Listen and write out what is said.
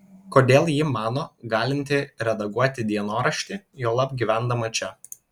kodėl ji mano galinti redaguoti dienoraštį juolab gyvendama čia